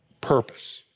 purpose